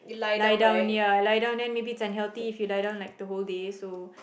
lie down ya lie down then maybe it's unhealthy if you lie down like the whole day so